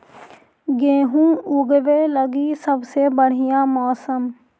गेहूँ ऊगवे लगी सबसे बढ़िया मौसम?